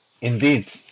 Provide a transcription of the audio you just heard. Indeed